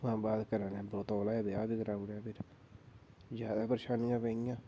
ओह्दे बाद घरैाह्ले तौले गै ब्याह् बी कराइड़या फ्ही होर परेशानियां पेई गेइयां